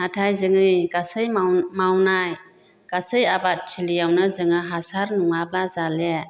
नाथाइ जोंनि गासै माव मावनाय गासै आबाद थिलियावनो जोङो हासार नङाब्ला जाले